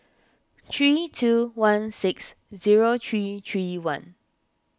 three two one six zero three three one